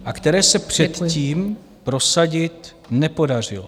a které se předtím prosadit nepodařilo.